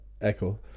Echo